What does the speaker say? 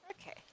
Okay